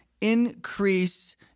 increase